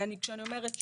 כשאני אומרת שוק,